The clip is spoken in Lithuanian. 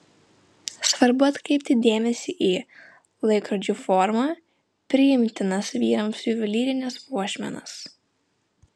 svarbu atkreipti dėmesį į laikrodžių formą priimtinas vyrams juvelyrines puošmenas